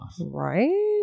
Right